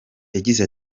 yagize